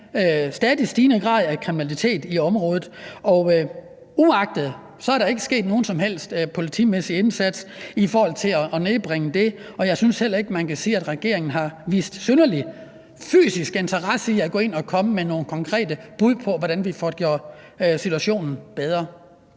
stadig stigende grad sker kriminalitet i området. Og uagtet det er der ikke sket nogen som helst politimæssig indsats i forhold til at nedbringe det, og jeg synes heller ikke, at man kan sige, at regeringen har vist synderlig fysisk interesse for at gå ind og komme med nogle konkrete bud på, hvordan vi får gjort situationen bedre.